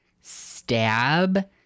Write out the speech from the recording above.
stab